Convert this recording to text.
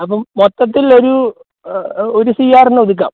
അപ്പം മൊത്തത്തിലൊരു ഒരു സി ആറിന് ഒതുക്കാം